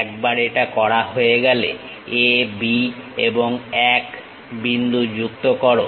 একবার এটা করা হয়ে গেলে A B এবং 1 বিন্দু যুক্ত করো